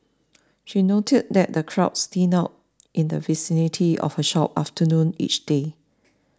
she noted that the crowds thin out in the vicinity of her shop after noon each day